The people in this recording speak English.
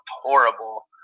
horrible